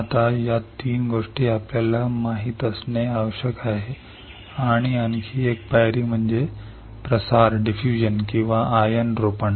आता या तीन गोष्टी आपल्याला माहित असणे आवश्यक आहे आणि आणखी एक पायरी म्हणजे प्रसार किंवा आयन रोपण